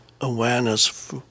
awareness